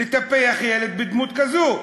לטפח ילד בדמות כזאת.